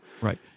Right